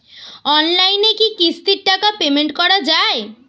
অনলাইনে কি কিস্তির টাকা পেমেন্ট করা যায়?